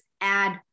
add